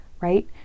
right